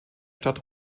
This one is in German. stadt